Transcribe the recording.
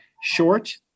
short